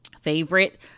Favorite